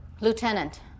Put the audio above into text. Lieutenant